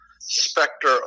specter